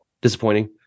disappointing